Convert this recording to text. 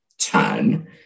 turn